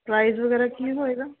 price ਵਗੈਰਾ ਕੀ ਹੋਵੇਗਾ